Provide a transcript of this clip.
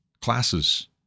classes